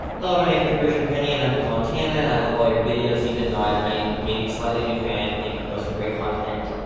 hello my name is bridger penny and i'm from montana and i love all your videos, even though i may may be a slightly new fan. thank you for posting great content